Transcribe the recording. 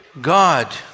God